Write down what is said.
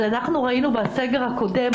אבל ראינו בסגר הקודם,